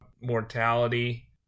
mortality